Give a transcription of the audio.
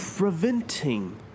Preventing